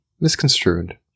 misconstrued